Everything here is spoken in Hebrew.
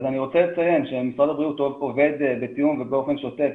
רוצה לציין שמשרד הבריאות עובד בתיאום ובאופן שוטף